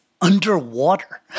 Underwater